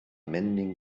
mending